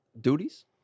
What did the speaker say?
Duties